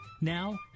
Now